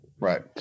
Right